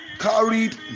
carried